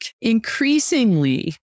increasingly